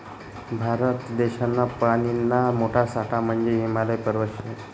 भारत देशना पानीना मोठा साठा म्हंजे हिमालय पर्वत शे